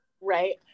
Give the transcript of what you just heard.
right